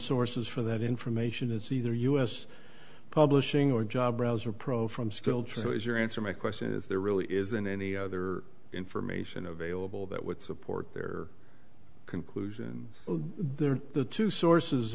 sources for that information it's either us publishing or job browser pro from skilled trade was your answer my question is there really isn't any other information available that would support their conclusion and there are the two sources